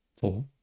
four